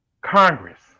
Congress